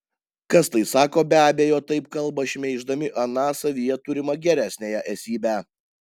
kas tai sako be abejo taip kalba šmeiždami aną savyje turimą geresniąją esybę